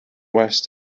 west